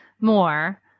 more